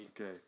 Okay